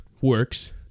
works